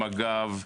עם מג"ב,